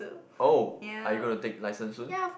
oh are you gonna take license soon